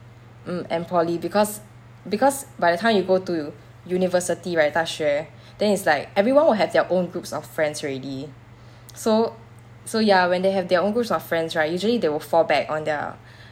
mm and poly because because by the time you go to university right 大学 then is like everyone will have their own groups of friend already so so ya when they have their own group of friends right usually they will fall back on their